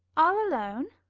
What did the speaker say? all alone?